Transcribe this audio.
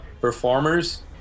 performers